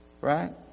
Right